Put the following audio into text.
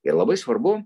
ir labai svarbu